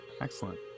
Excellent